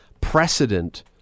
precedent